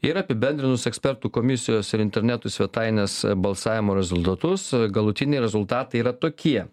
ir apibendrinus ekspertų komisijos ir internetų svetainės balsavimo rezultatus galutiniai rezultatai yra tokie